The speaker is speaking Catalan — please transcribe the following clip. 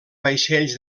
vaixells